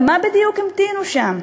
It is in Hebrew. למה בדיוק המתינו שם?